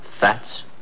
Fats